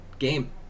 game